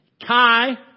Kai